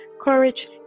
courage